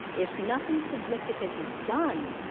if nothing significant is done,